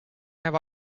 have